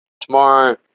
tomorrow